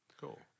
Cool